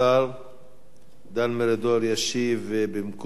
דן מרידור ישיב במקום משרד החוץ.